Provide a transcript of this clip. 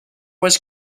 was